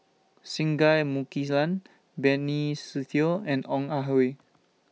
Singai Mukilan Benny Se Teo and Ong Ah Hoi